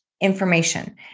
information